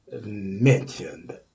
mentioned